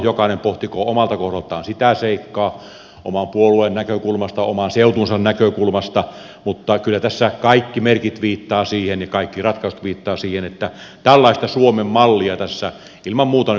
jokainen pohtikoon omalta kohdaltaan sitä seikkaa oman puolueen näkökulmasta oman seutunsa näkökulmasta mutta kyllä tässä kaikki merkit viittaavat siihen ja kaikki ratkaisut viittaavat siihen että tällaista suomen mallia tässä ilman muuta nyt tavoitellaan